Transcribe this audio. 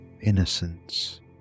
innocence